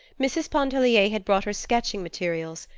mrs. pontellier had brought her sketching materials,